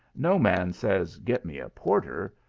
no man says, get me a porter,